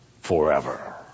forever